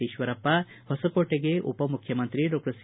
ಈಶ್ವರಪ್ಪ ಹೊಸಕೋಟೆಗೆ ಉಪಮುಖ್ಯಮಂತ್ರಿ doctor C